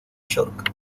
york